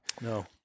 No